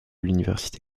l’université